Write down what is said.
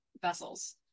vessels